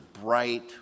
bright